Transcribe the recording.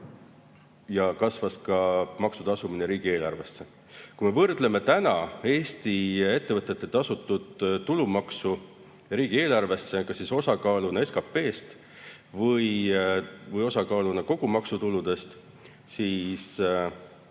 ja kasvas ka maksu tasumine riigieelarvesse. Kui me võrdleme täna Eesti ettevõtete tasutud tulumaksu riigieelarvesse kas osakaaluna SKP-s või osakaaluna kogu maksutuludes, siis